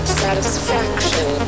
satisfaction